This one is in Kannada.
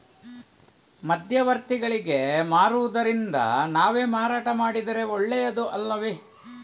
ಮಧ್ಯವರ್ತಿಗಳಿಗೆ ಮಾರುವುದಿಂದ ನಾವೇ ಮಾರಾಟ ಮಾಡಿದರೆ ಒಳ್ಳೆಯದು ಅಲ್ಲವೇ?